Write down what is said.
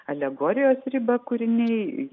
alegorijos ribą kūriniai